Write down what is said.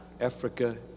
Africa